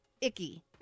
icky